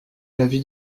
l’avis